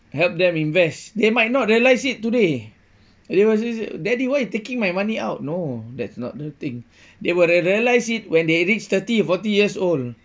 help them invest they might not realise it today they might s~ say daddy why you taking my money out no that's not the thing they will will realise it when they reach thirty forty years old